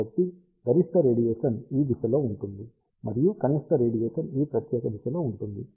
కాబట్టి గరిష్ట రేడియేషన్ ఈ దిశలో ఉంటుంది మరియు కనిష్ట రేడియేషన్ ఈ ప్రత్యేక దిశలో ఉంటుంది